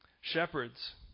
Shepherds